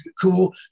cool